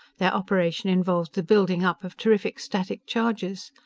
their operation involved the building-up of terrific static charges.